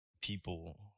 people